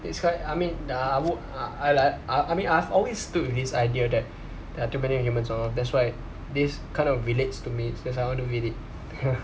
it's quite I mean I I would I I like I mean I've always stood with this idea that there are too many humans on earth that's why this kind of relates to me so that's why I want to read it